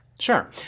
Sure